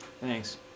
Thanks